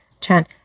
Chan